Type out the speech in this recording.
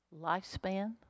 Lifespan